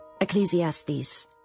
Ecclesiastes